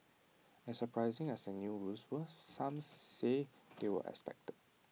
as surprising as the new rules were some say they were expected